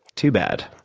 too bad.